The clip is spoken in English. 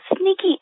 sneaky